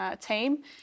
team